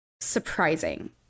surprising